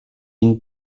une